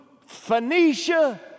Phoenicia